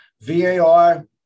VAR